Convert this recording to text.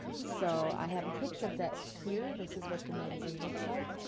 so i have a picture of that here. this is what the magazine looks like.